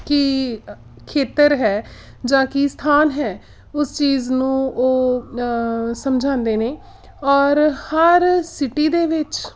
ਕੀ ਖੇਤਰ ਹੈ ਜਾਂ ਕੀ ਸਥਾਨ ਹੈ ਉਸ ਚੀਜ਼ ਨੂੰ ਉਹ ਸਮਝਾਉਂਦੇ ਨੇ ਔਰ ਹਰ ਸਿਟੀ ਦੇ ਵਿੱਚ